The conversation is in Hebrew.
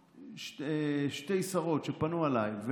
שתי שרות פנו אליי,